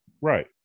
Right